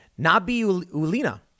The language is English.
Nabiulina